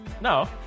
No